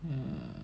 err